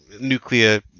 nuclear